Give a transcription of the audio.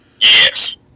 Yes